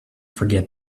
forget